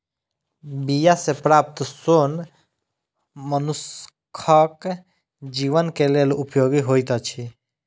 बीया सॅ प्राप्त सोन मनुखक जीवन के लेल उपयोगी होइत अछि